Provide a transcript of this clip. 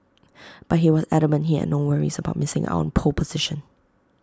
but he was adamant he had no worries about missing out on pole position